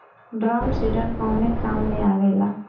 Drum seeder कवने काम में आवेला?